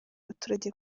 abaturage